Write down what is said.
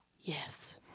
yes